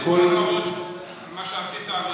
ובאמת כל הכבוד על מה שעשית.